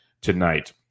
tonight